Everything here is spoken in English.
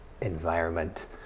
environment